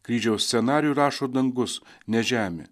kryžiaus scenarijų rašo dangus ne žemė